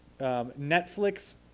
Netflix